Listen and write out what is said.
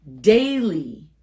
daily